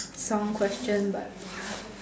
song question but